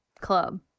club